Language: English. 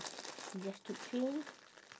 you have to train